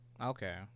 Okay